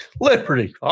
Liberty